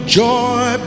joy